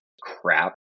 crap